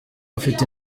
ufite